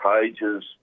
pages